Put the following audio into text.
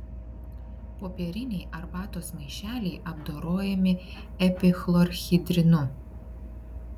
popieriniai arbatos maišeliai apdorojami epichlorhidrinu